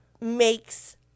makes –